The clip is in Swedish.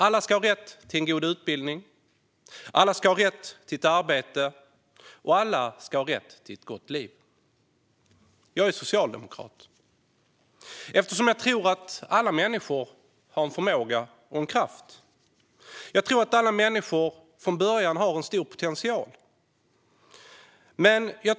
Alla ska ha rätt till en god utbildning, alla ska ha rätt till ett arbete och alla ska ha rätt till ett gott liv. Jag är socialdemokrat eftersom jag tror att alla människor har en förmåga och en kraft. Jag tror att alla människor från början har en stor potential och vilja.